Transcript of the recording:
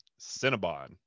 Cinnabon